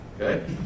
Okay